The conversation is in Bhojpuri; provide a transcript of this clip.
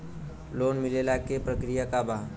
लोन मिलेला के प्रक्रिया का बा?